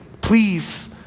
please